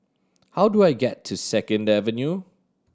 how do I get to Second Avenue